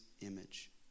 image